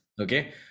Okay